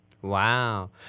Wow